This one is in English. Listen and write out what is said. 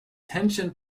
tension